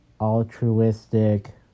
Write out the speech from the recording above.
Altruistic